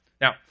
Now